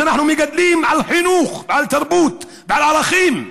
שאנחנו מגדלים על חינוך ועל תרבות ועל ערכים,